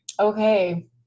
Okay